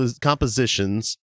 compositions